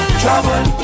trouble